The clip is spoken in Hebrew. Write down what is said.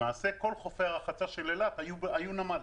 למעשה כל חופי הרחצה של אילת היו נמל,